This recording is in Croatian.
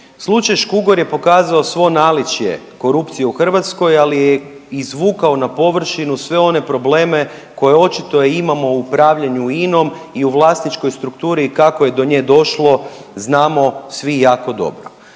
Slučaj Škugor je pokazao svo naličje korupcije u Hrvatskoj, ali je izvukao na površinu sve one probleme koje očito imamo u upravljanju Inom i u vlasničkoj strukturi i kako je do nje došlo znamo svi jako dobro.